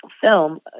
film